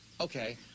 okay